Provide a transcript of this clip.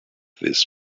this